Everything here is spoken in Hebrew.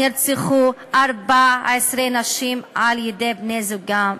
נרצחו 14 נשים על-ידי בני-זוגן.